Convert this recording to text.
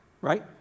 right